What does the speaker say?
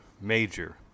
Major